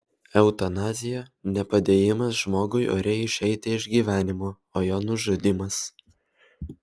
eutanazija ne padėjimas žmogui oriai išeiti iš gyvenimo o jo nužudymas